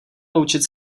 loučit